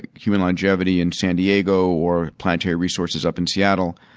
human longevity in san diego, or planetary resources up in seattle.